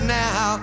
now